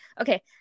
Okay